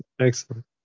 Excellent